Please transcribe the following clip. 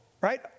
right